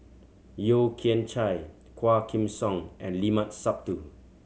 Yeo Kian Chye Quah Kim Song and Limat Sabtu